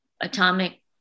atomic